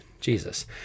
Jesus